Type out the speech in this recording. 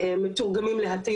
אבל מבחינת יידוע,